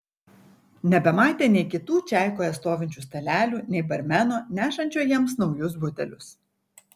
nebematė nei kitų čaikoje stovinčių stalelių nei barmeno nešančio jiems naujus butelius